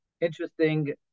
interesting